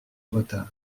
retard